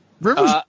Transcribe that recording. Rivers